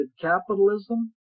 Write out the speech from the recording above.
capitalism